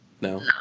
No